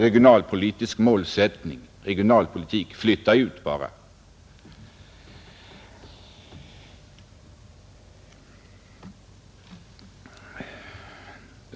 Regionalpolitisk målsättning: Flytta ut bara!